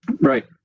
Right